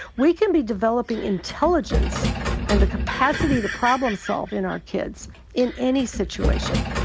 we can be developing intelligence and the capacity to problem-solve in our kids in any situation.